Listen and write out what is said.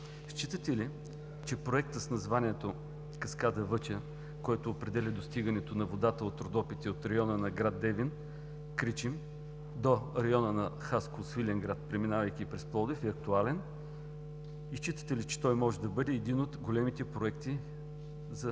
считате ли, че Проектът с названието „Каскада Въча“, който определя достигането на водата от Родопите и от района на град Девин – Кричим, до района на Хасково – Свиленград, преминавайки през Пловдив, е актуален? Считате ли, че той може да бъде един от големите проекти за